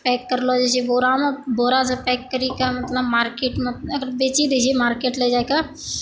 pack कारलो जाइ छै बोरामे जब पैक करी कऽ मतलब मार्केटमे बेची दै छै मार्केट मे ले जाइ कऽ